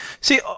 See